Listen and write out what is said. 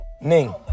Ning